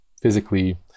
physically